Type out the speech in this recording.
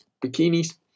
Bikinis